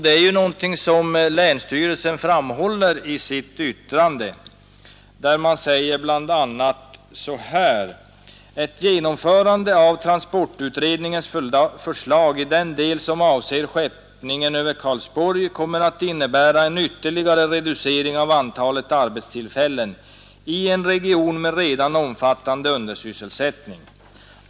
Detta är också vad länsstyrelsen framhåller i sitt yttrande, i vilket man bl.a. skriver: ”Ett genomförande av transportutredningens förslag i den del som avser skeppningen över Karlsborg kommer att innebära en ytterligare reducering av antalet arbetstillfällen i en region med redan omfattande undersysselsättning.